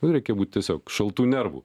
nu reikia būt tiesiog šaltų nervų